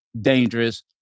dangerous